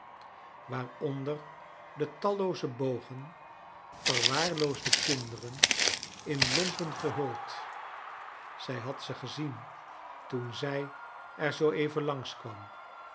onder de tallooze bogen verwaarloosde kinderen in lompen gehuld zij had e gezien toen zij er zoo even